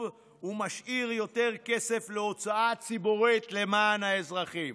ומשאיר יותר כסף להוצאה ציבורית למען האזרחים.